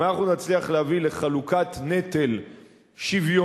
אם אנחנו נצליח להביא לחלוקת נטל שוויונית